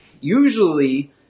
Usually